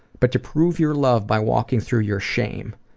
but to prove your love by walking through your shame,